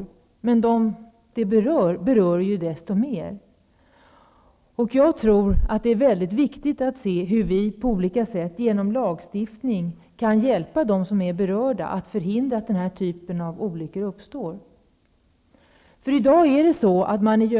De människor som den berör berörs emellertid desto mer. Det är väldigt viktigt att inse hur vi på olika sätt genom lagstiftning kan hjälpa berörda människor med att förhindra att den här typen av olyckor uppstår. Med anledning av den aktuella olyckan i